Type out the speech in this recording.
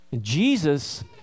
Jesus